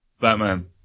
Batman